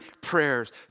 prayers